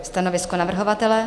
Stanovisko navrhovatele?